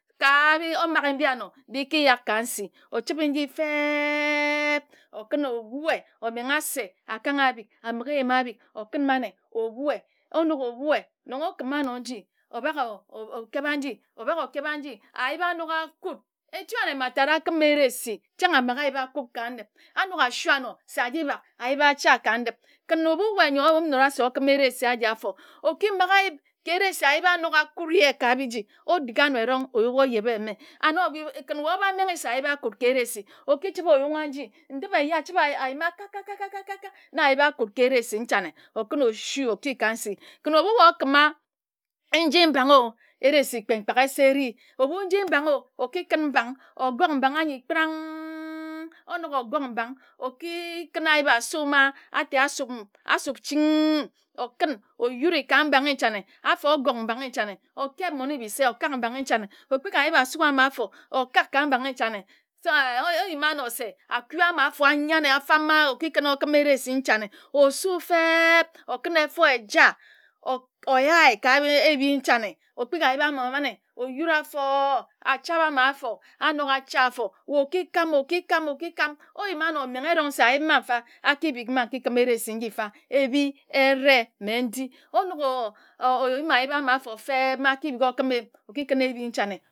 Ka mbi oma ge mbi anor bi kiyak ka nsi ochi be mbi feb okin obue omenga se akank abik ambigi eyim abik okin mane obue onok obue nong okim anor nji obak okeba nji obak okeba nji ayip anok akud etu anne mbatad akima ersi chang amaga ayip akod ka ndip anok asua anor se okim ersi anyi afor okimaga ayip ke ersi ayip anok akuri uye ka biji odi anor njin-e oyuk ojeb ame and obia kin wae oba menghe se ayip akud ke eresi okichibe oyunga nji ndip eye achibe ayima kak kak kak kak kak na ayip akud ke ersi nchane okun osui okika nsi kin ebu wae okima nji mbango eresi kpe mkpak esirr eri ebu nji mbang okikun mbang ogok mbang anyi kprank. onok ogok mbang okikun ayip asu ma ate asup ching. okin oyuri ka mbang nchane afor ogok mbang e nchane okeb mmone bise okak mbang o nchane otuk ayip asu ama afor okak ka mbang nchane so oyima anor se aku ama ayane afarmer okikun okim ersi nchane osu feb okun efor eja oyae ka ebi nchane ekpiki ayip ama fene oyuri afor achara amar afor anok acha afor okikam okikam okikam oyima anor omenghe erong se ayip ma mfa abik ma nki kor nkim ersi nji mfa ebi ere mme ndi onok oyim or or ayip ama afor feb. ma akibi a okim eyim okikim ebi nchane